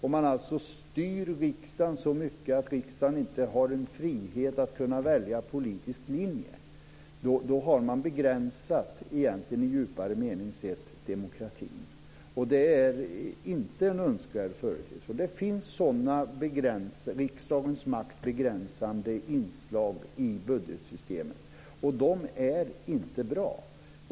Om man alltså styr riksdagen så mycket att riksdagen inte har någon frihet att kunna välja politisk linje har man i en djupare mening begränsat demokratin, och det är inte en önskvärd företeelse. Det finns sådana, riksdagens makt begränsande, inslag i budgetsystemet, och det är inte bra.